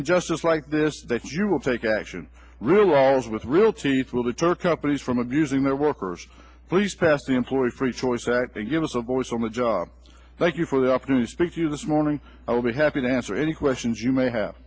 injustice like this that you will take action room walls with real teeth will deter companies from abusing their workers please pass the employee free choice act and give us a voice on the job thank you for the offer to speak to you this morning i will be happy to answer any questions you may have